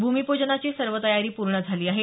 भूमिपूजनाची सर्व तयारी पूर्ण झाली आहे